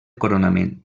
coronament